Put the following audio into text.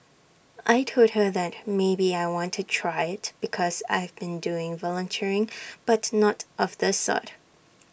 I Told her that maybe I want to try IT because I've been doing volunteering but not of this sort